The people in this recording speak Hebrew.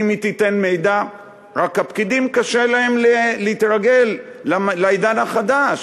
רק הפקידים קשה להם להתרגל לעידן החדש,